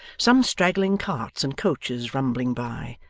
some straggling carts and coaches rumbling by,